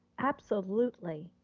absolutely.